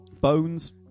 Bones